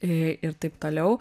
i ir taip toliau